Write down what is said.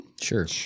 Sure